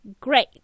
Great